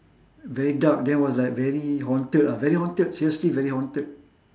very dark then was like very haunted ah very haunted seriously very haunted